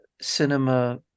cinema